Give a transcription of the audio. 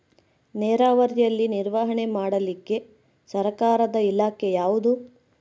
ನೇರಾವರಿಯಲ್ಲಿ ನಿರ್ವಹಣೆ ಮಾಡಲಿಕ್ಕೆ ಸರ್ಕಾರದ ಇಲಾಖೆ ಯಾವುದು?